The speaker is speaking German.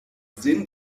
sinn